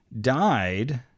died